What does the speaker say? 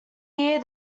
year